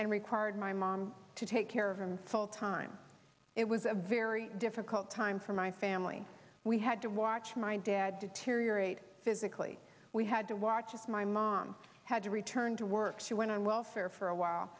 and required my mom to take care of him full time it was a very difficult time for my family we had to watch my dad to to reread physically we had to watch as my mom had to return to work she went on welfare for a while